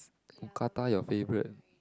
mookata your favourite